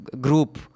group